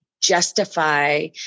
justify